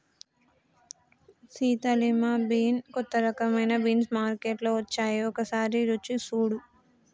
Sita lima bean కొత్త రకమైన beans మార్కేట్లో వచ్చాయి ఒకసారి రుచి సుడు